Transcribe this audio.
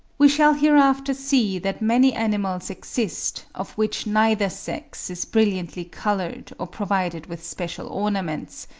we shall hereafter see that many animals exist, of which neither sex is brilliantly coloured or provided with special ornaments,